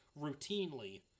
routinely –